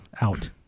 out